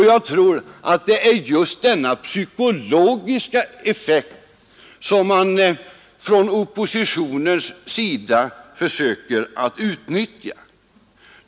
Jag tror det är just denna psykologiska effekt som oppositionen försöker utnyttja.